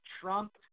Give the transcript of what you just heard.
Trump